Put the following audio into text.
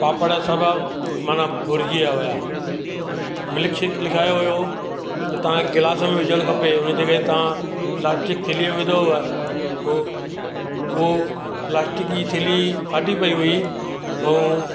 पापड़ सभु माना भुरजी विया हुआ मिल्क शेक लिखायो हुओ त तव्हां गिलास में विझण खपे हुन जॻह ता प्लास्टिक थैलीअ में विधो हुओ उहो उहो प्लास्टिक जी थैली फाटी पई हुई ऐं